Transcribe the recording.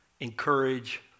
encourage